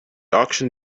auction